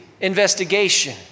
investigation